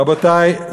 רבותי,